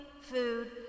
food